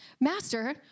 master